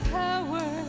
power